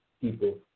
people